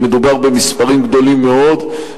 ומדובר במספרים גדולים מאוד,